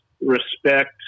respect